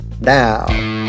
now